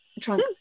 trunk